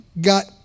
got